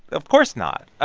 of course not.